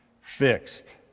fixed